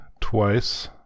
twice